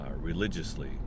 religiously